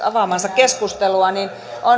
avaamaansa keskustelua